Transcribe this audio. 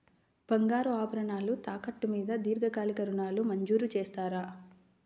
బంగారు ఆభరణాలు తాకట్టు మీద దీర్ఘకాలిక ఋణాలు మంజూరు చేస్తారా?